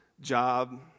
job